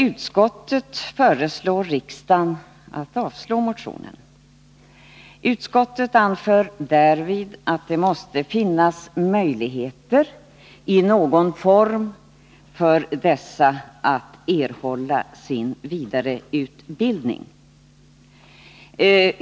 Utskottet föreslår riksdagen att avslå motionen och anför därvid att det måste finnas möjligheter för dessa sjuksköterskor att i någon form erhålla vidareutbildning.